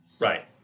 Right